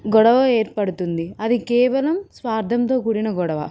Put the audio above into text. గొడవ ఏర్పడుతుంది అది కేవలం స్వార్థంతో కూడిన గొడవ